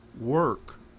work